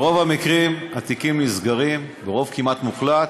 ברוב המקרים התיקים נסגרים, ברוב כמעט מוחלט,